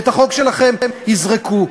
ואת החוק שלכם יזרקו.